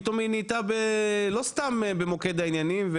פתאום היא נהייתה לא סתם במוקד העניינים,